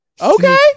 okay